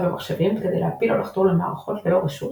במחשבים כדי להפיל או לחדור למערכות ללא רשות